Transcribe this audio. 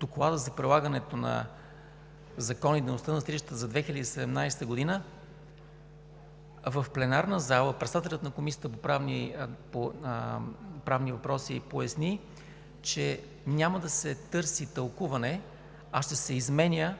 Докладът за прилагането на закона и дейността на съдилищата за 2017 г., в пленарната зала председателят на Комисията по правни въпроси поясни, че няма да се търси тълкуване, а ще се изменя